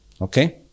Okay